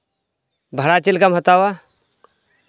ᱵᱷᱟᱲᱟ ᱪᱮᱫ ᱞᱮᱠᱟᱢ ᱦᱟᱛᱟᱣᱟ